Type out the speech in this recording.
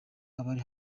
abari